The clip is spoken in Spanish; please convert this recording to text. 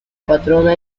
patrona